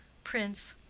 prince.